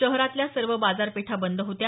शहरातल्या सर्व बाजारपेठा बंद होत्या